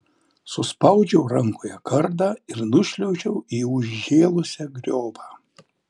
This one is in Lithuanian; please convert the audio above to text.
suspaudžiau rankoje kardą ir nušliaužiau į užžėlusią griovą